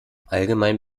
allgemein